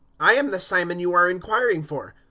i am the simon you are inquiring for.